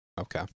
Okay